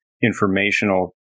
informational